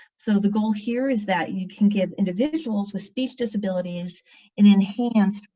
so the goal here is that you can give individuals with speech disabilities and enhance